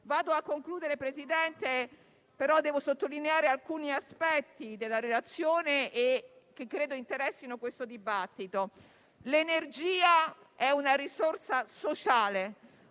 In conclusione, Presidente, devo sottolineare alcuni aspetti della relazione che credo interessino questo dibattito. L'energia è una risorsa sociale,